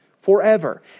forever